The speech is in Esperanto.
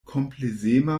komplezema